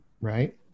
right